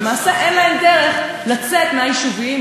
למעשה אין להן דרך לצאת מהיישובים,